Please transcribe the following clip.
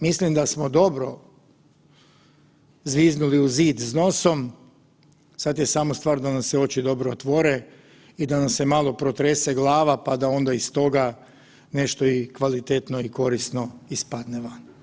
Mislim da smo dobro zviznuli u zid s nosom, sada je samo stvar da nam se oči dobro otvore i da nam se malo protrese glava pa da onda iz toga nešto kvalitetno i korisno ispadne van.